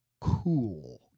cool